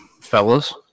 fellas